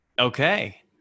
Okay